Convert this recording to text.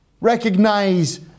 Recognize